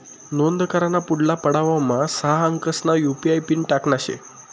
नोंद कराना पुढला पडावमा सहा अंकसना यु.पी.आय पिन टाकना शे